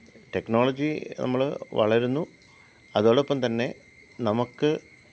technology നമ്മൾ വളരുന്നു അതോടൊപ്പം തന്നെ നമുക്ക്